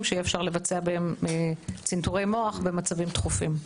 שיהיה אפשר לבצע בהם צנתורי מוח במצבים דחופים.